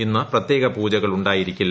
ഇന്ന് പ്രത്യേക പൂജകൾ ഉ ായിരിക്കില്ല